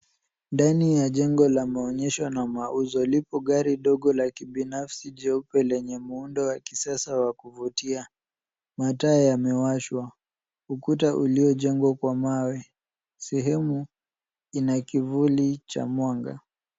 Ndani ya jengo la maonyesho na mauzo, lipo gari dogo la kibinafsi jeupe lenye muundo wa kisasa wa kuvutia. Mataa yamewashwa . Ukuta uliojengwa kwa mawe . Sehemu ina kivuli cha mwanga .